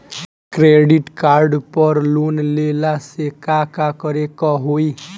Credit card पर loan लेला से का का करे क होइ?